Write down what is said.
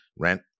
Rent